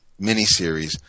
miniseries